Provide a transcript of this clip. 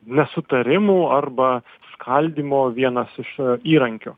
nesutarimų arba skaldymo vienas iš įrankių